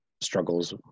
struggles